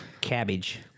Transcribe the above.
cabbage